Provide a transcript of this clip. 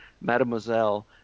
Mademoiselle